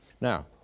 Now